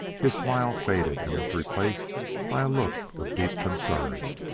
his smile faded and was replaced by a look of deep concern.